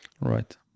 Right